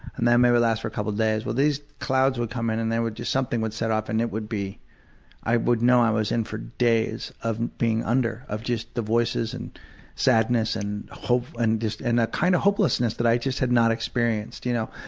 and then they would last for a couple days. well these clouds would come in and they would just something would set off and it would be i would know i was in for days of being under, of just the voices and sadness and and just a kind of hopelessness that i just had not experienced, you know.